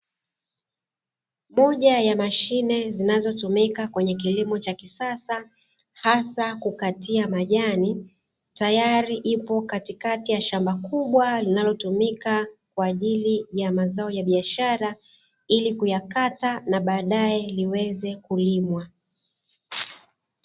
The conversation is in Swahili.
Moja ya mashine zinazotumika kwenye kilimo cha kisasa hasa kukatia majani, tayari ipo katikati ya shamba kubwa linalotumika kwa ajili ya mazao ya biashara, ili kuyakata na baadae liweze kulimwa.